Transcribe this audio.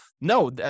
no